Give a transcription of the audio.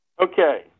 Okay